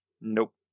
Nope